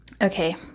Okay